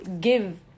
give